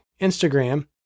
Instagram